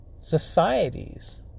societies